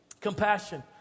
Compassion